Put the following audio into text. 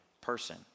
person